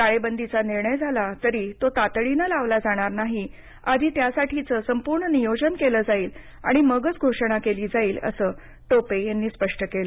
टाळेबंदीचा निर्णय झाला तरी तो तातडीनं लावला जाणार नाही आधी त्यासाठीचं संपूर्ण नियोजन केलं जाईल आणि मगच घोषणा केली जाईल असं टोपे यांनी स्पष्ट केलं